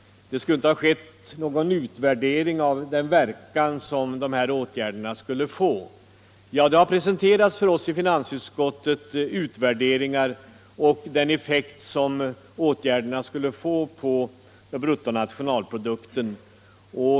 Det skulle inte ha gjorts någon utvärdering av den verkan som dessa åtgärder skulle få, sade herr Åsling. Ja, det har för oss i finansutskottet presenterats beräkningar av vilken effekt åtgärderna skulle få på bruttonationalprodukten.